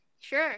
Sure